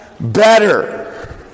better